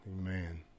Amen